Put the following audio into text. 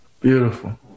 Beautiful